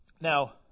Now